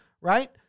right